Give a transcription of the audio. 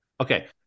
Okay